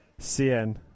CN